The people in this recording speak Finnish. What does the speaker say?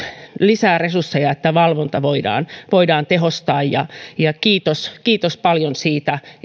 lisää resursseja että valvontaa voidaan tehostaa kiitos kiitos paljon siitä